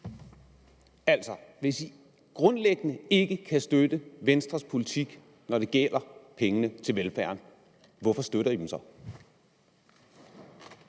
Altså, hvis man grundlæggende ikke kan støtte Venstres politik, når det gælder pengene til velfærden, hvorfor støtter man dem så?